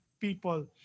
people